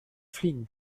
fliegen